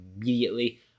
immediately